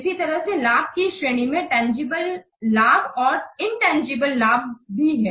इसी तरह लाभ की इस श्रेणी में तंजीबले लाभ और इनतंजीबले लाभ हैं